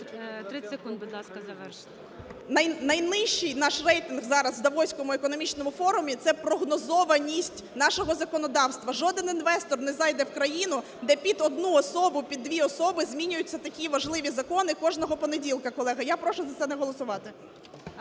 30 секунд, будь ласка, завершити. ШКРУМ А.І. Найнижчий наш рейтинг зараз в Давоському економічному форумі – це прогнозованість нашого законодавства. Жоден інвестор не зайде в країну, де під одну особу, під дві особи змінюються такі важливі закони кожного понеділка, колеги. Я прошу за це не голосувати.